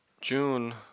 June